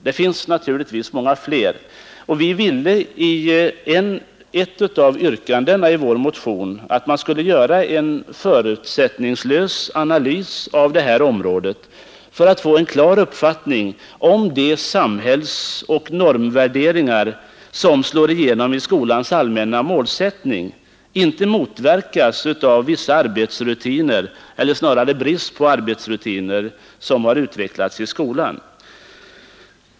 Det finns naturligtvis många fler, och vi ville i ett av yrkandena i vår motion att man skulle göra en förutsättningslös analys av detta område för att få en klar uppfattning om de samhällsoch normvärderingar som slår igenom i skolans allmänna målsättning inte motverkas av vissa arbetsrutiner — eller snarare brist på arbetsrutiner — som har utvecklats i skolan.